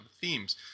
themes